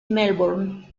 melbourne